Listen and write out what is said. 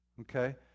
Okay